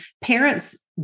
parents